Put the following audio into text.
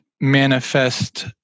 manifest